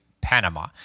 Panama